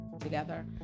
together